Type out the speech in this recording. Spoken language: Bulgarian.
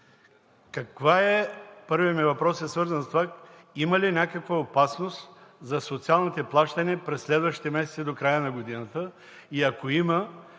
разходи, първият ми въпрос е свързан с това: има ли някаква опасност за социалните плащания през следващите месеци до края на годината и ако има